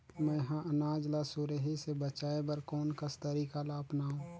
मैं ह अनाज ला सुरही से बचाये बर कोन कस तरीका ला अपनाव?